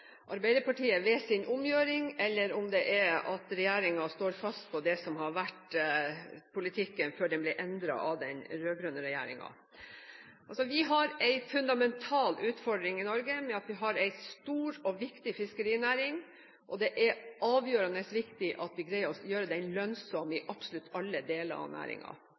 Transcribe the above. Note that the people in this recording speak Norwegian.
Arbeiderpartiet ved sin omgjøring, eller om det er det at regjeringen står fast på det som har vært politikken før den ble endret av den rød-grønne regjeringen. Vi har en fundamental utfordring i Norge ved at vi har en stor og viktig fiskerinæring. Det er avgjørende viktig at vi greier å gjøre den lønnsom i absolutt alle deler av